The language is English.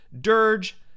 dirge